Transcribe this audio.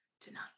tonight